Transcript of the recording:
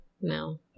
No